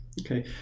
okay